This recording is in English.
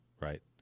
right